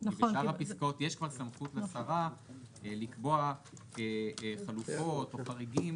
כי בשאר הפסקאות יש כבר סמכות לשרה לקבוע חלופות או חריגים